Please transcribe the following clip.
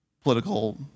political